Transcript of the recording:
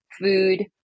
food